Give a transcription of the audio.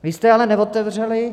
Vy jste ale neotevřeli.